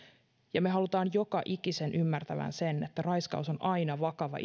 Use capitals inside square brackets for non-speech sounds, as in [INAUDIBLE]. ja me haluamme joka ikisen ymmärtävän sen että raiskaus on aina vakava [UNINTELLIGIBLE]